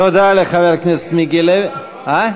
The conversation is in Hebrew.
תודה לחבר הכנסת מיקי לוי.